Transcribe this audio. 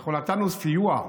אנחנו נתנו סיוע.